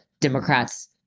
Democrats